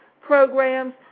programs